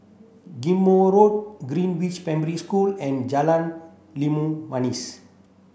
Ghim Moh Road Greenridge Primary School and Jalan Limau Manis